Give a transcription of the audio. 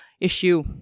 issue